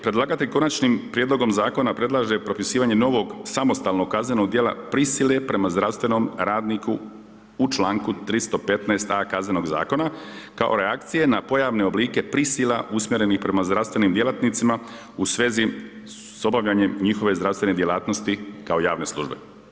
Predlagatelj konačnim prijedlogom zakona predlaže propisivanje novog samostalnog kaznenog djela prisile prema zdravstvenom radniku u članku 315.a Kaznenog zakona kao reakcije na pojavne oblike prisila usmjerenih prema zdravstvenim djelatnicima u svezi s obavljanjem njihove zdravstvene djelatnosti kao javne službe.